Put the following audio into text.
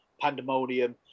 Pandemonium